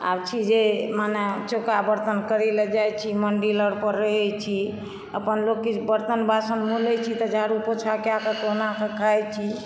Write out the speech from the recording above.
आब छै जे माने चौका बर्तन करै लए जाइ छी मन्दिर अरपर रहै छी अपन लोक किछु बर्तन बासन धो लै छी तऽ झाड़ू पोछा कए कऽ कहुनाके खाइ छी